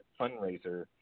fundraiser